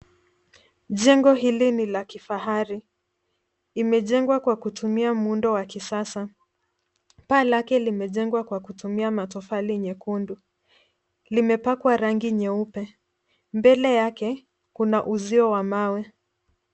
Jengo hili ni la kifahari ,imejengwa kwa kutumia muundo wa kisasa. Paa lake limejengwa kwa kutumia matofali nyekundu .Limepakwa rangi nyeupe. Mbele yake kuna uzio wa mawe.